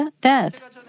death